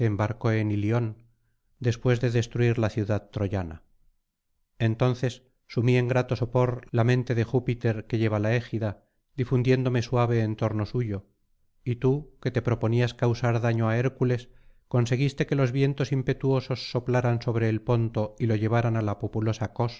embarcó en ilion después de destruir la ciudad troyana entonces sumí en grato sopor la mente de júpiter que lleva la égida difundiéndome suave en torno suyo y tú que te proponías causar daño á hércules conseguiste que los vientos impetuosos soplaran sobre el ponto y lo llevaran á la populosa